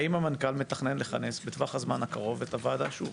האם המנכ"ל מתכנן לכנס בטווח הזמן הקרוב את הוועדה שוב?